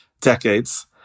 decades